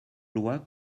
loi